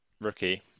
rookie